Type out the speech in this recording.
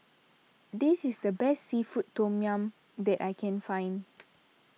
this is the best Seafood Tom Yum that I can find